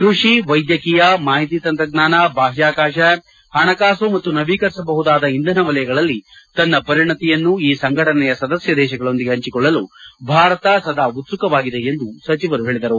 ಕೃಷಿ ವೈದ್ಯಕೀಯ ಮಾಹಿತಿ ತಂತ್ರಜ್ಞಾನ ಬಾಹ್ಯಾಕಾಶ ಹಣಕಾಸು ಮತ್ತು ನವೀಕರಿಸಬಹುದಾದ ಇಂಧನ ವಲಯಗಳಲ್ಲಿ ತನ್ನ ಪರಿಣತಿಯನ್ನು ಈ ಸಂಘಟನೆಯ ಸದಸ್ಯದೇಶಗಳೊಂದಿಗೆ ಹಂಚಿಕೊಳ್ಳಲು ಭಾರತ ಸದಾ ಉತ್ಸುಕವಾಗಿದೆ ಎಂದು ಸಚಿವರು ಹೇಳಿದರು